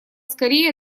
скорее